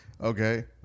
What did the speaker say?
Okay